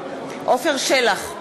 עפר שלח,